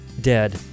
dead